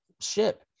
ship